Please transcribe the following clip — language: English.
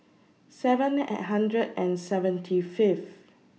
seven and hundred and seventy Fifth